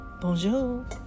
bonjour